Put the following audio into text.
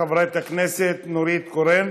חברת הכנסת נורית קורן,